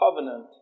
Covenant